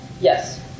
Yes